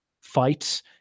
fights